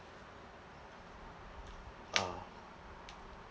uh